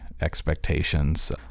expectations